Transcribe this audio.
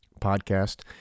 podcast